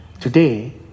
Today